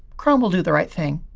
chrome will do the right thing.